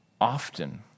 often